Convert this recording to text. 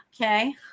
Okay